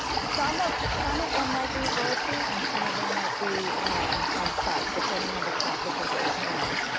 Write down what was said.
some of some of them might be virtual and some of them might be onsite depending on the topic of those trainings.